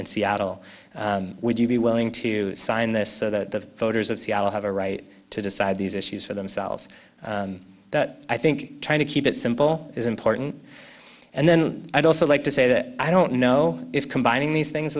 in seattle would you be willing to sign this the voters of seattle have a right to decide these issues for themselves i think trying to keep it simple is important and then i'd also like to say that i don't know if combining these things